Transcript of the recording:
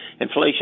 inflation